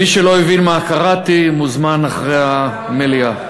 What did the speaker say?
מי שלא הבין מה קראתי מוזמן אחרי המליאה.